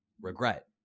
regret